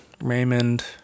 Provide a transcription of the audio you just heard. Raymond